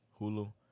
Hulu